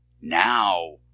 now